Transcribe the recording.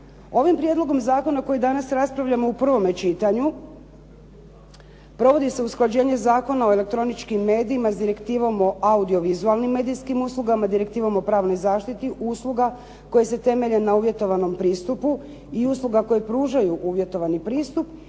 Ovim prijedlogom zakona koji danas raspravljamo u prvome čitanju provodi se usklađenje Zakona o elektroničkim medijima s Direktivom o audiovizualnim medijskim uslugama, Direktivom o pravnoj zaštiti usluga koje se temelje na uvjetovanom pristupu i usluga koje pružaju uvjetovani pristup,